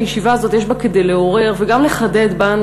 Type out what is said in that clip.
הישיבה הזאת יש בה כדי לעורר וגם לחדד בנו,